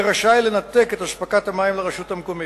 יהיה רשאי לנתק את אספקת המים לרשות המקומית.